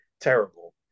terrible